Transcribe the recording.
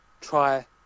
try